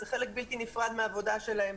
זה חלק בלתי נפרד מהעבודה שלהם.